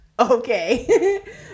Okay